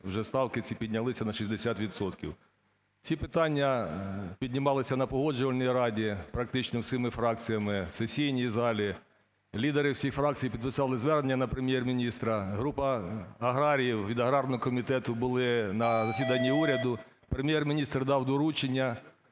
вже ставки ці піднялися на 60 відсотків. Ці питання піднімалися на Погоджувальній раді практично всіма фракціями, в сесійній залі. Лідери всіх фракцій підписали звернення на Прем’єр-міністра. Група аграріїв від аграрного комітету були на засіданні уряду, Прем’єр-міністр дав доручення.